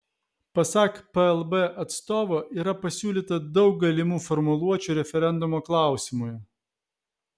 pasak plb atstovo yra pasiūlyta daug galimų formuluočių referendumo klausimui